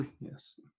yes